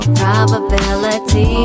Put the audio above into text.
probability